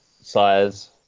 size